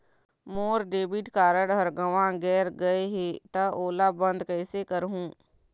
मोर debit card हर गंवा गैर गए हे त ओला बंद कइसे करहूं?